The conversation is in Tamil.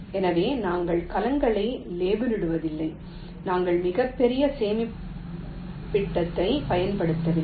எனவே நாங்கள் கலங்களை லேபிளிடுவதில்லை நாங்கள் மிகப் பெரிய சேமிப்பிடத்தைப் பயன்படுத்தவில்லை